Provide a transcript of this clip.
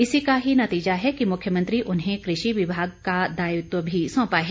इसी का ही नतीजा है कि मुख्यमंत्री उन्हें कृषि विभाग का दायित्व भी सौंपा है